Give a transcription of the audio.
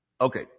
Okay